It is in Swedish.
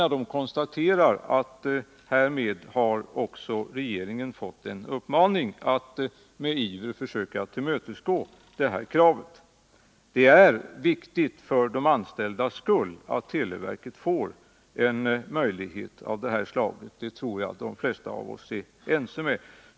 Man konstaterar där att i och med detta uttalande har regeringen fått en uppmaning att med iver försöka tillmötesgå det här kravet. Det är viktigt för de anställdas skull att televerket får en möjlighet av det här slaget. Det tror jag att de flesta av oss är överens om.